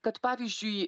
kad pavyzdžiui